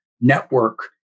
network